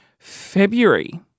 February